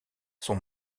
sont